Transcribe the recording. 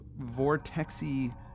vortexy